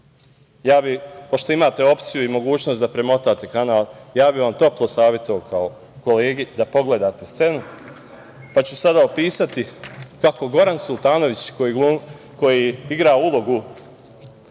Pošto imate opciju i mogućnost da premotate kanal, toplo bih vam savetovao da pogledate scenu pa ću sada opisati kako Goran Sultanović, koji igra ulogu